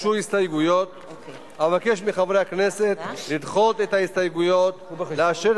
מאחר שמתן הסמכויות נועד לתגבר את המשטרה במקומות המועדים לאלימות,